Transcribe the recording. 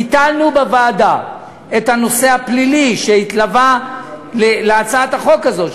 ביטלנו בוועדה את הנושא הפלילי שהתלווה להצעת החוק הזאת,